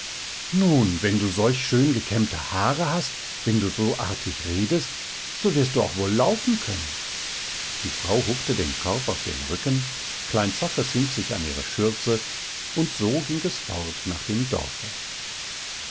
nun wenn du solch schön gekämmte haare hast wenn du so artig redest so wirst du auch wohl laufen können die frau huckte den korb auf den rücken klein zaches hing sich an ihre schürze und so ging es fort nach dem dorfe